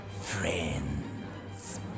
Friends